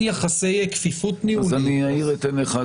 יחסי כפיפות ניהולית אז --- אז אני אעיר את עיניך,